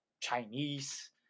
Chinese